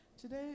Today